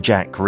Jack